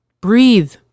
breathe